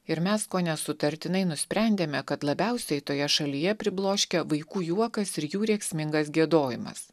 ir mes kone sutartinai nusprendėme kad labiausiai toje šalyje pribloškia vaikų juokas ir jų rėksmingas giedojimas